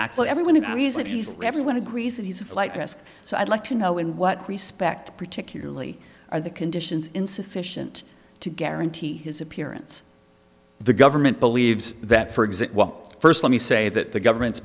actually everyone agrees that he's everyone agrees that he's a flight risk so i'd like to know in what respect particularly are the conditions insufficient to guarantee his appearance the government believes that for exist well first let me say that the government's